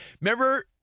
Remember –